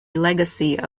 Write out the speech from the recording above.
legacy